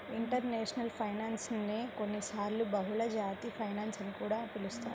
international finance నే కొన్నిసార్లు బహుళజాతి ఫైనాన్స్ అని కూడా పిలుస్తారు